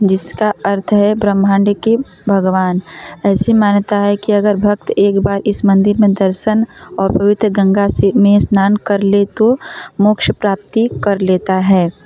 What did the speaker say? जिसका अर्थ है ब्रह्मांड के भगवान ऐसी मान्यता है कि अगर भक्त एक बार इस मंदिर में दर्शन और पवित्र गंगा से में स्नान कर ले तो मोक्ष प्राप्ति कर लेता है